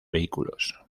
vehículos